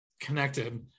connected